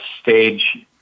stage